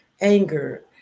anger